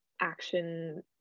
action